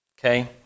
Okay